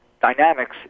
dynamics